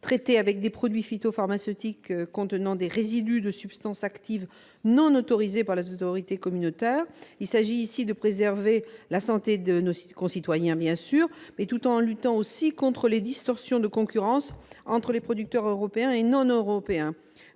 traitées avec des produits phytopharmaceutiques contenant des résidus de substances actives non autorisées par les autorités communautaires. Il s'agit de préserver la santé de nos concitoyens, tout en luttant aussi contre les distorsions de concurrence entre producteurs européens et non européens.